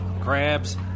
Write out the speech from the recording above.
Crabs